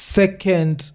second